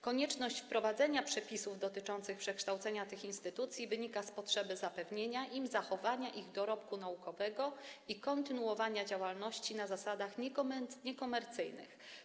Konieczność wprowadzenia przepisów dotyczących przekształcenia tych instytucji wynika z potrzeby zapewnienia im zachowania ich dorobku naukowego i kontynuowania działalności na zasadach niekomercyjnych.